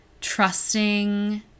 trusting